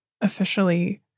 officially